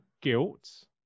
guilt